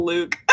Luke